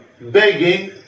begging